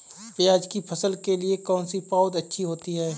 प्याज़ की फसल के लिए कौनसी पौद अच्छी होती है?